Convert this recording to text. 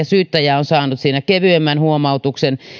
syyttäjä on saanut siinä kevyemmän huomautuksen